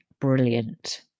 brilliant